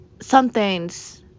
somethings